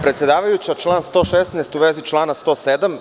Predsedavajuća, član 116. u vezi člana 107.